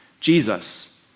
Jesus